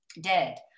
dead